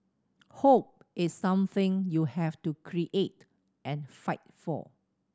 hope is something you have to create and fight for